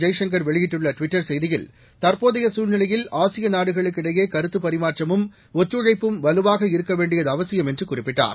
ஜெய்சங்கர் வெளியிட்டுள்ள ட்விட்டர் செய்தியில் தற்போதைய சூழ்நிலையில் ஆசிய நாடுகளுக்கு இடையே கருத்துப் பரிமாற்றமும் ஒத்துழைப்பும் வலுவாக இருக்க வேண்டியது அவசியம் என்று குறிப்பிட்டார்